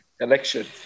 election